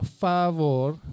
favor